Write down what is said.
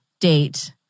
date